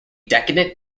decadent